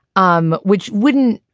um which wouldn't.